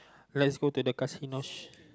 let's go to the casino